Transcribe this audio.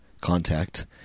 contact